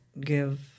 give